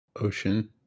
ocean